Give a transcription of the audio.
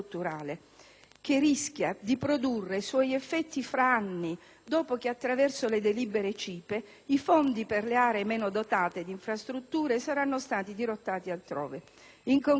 che rischia di produrre i suoi effetti fra anni, dopo che, attraverso le delibere CIPE, i fondi per le aree meno dotate di infrastrutture saranno stati dirottati altrove. In conclusione,